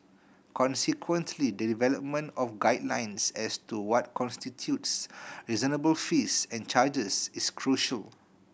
consequently the development of guidelines as to what constitutes reasonable fees and charges is crucial